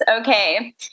Okay